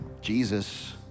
Jesus